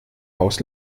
haus